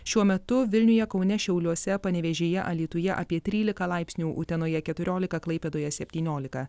šiuo metu vilniuje kaune šiauliuose panevėžyje alytuje apie trylika laipsnių utenoje keturiolika klaipėdoje septyniolika